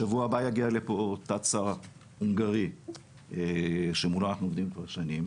בשבוע הבא יגיע לפה תת השר ההונגרי שמולו אנחנו עובדים כבר שנים.